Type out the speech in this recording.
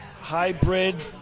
hybrid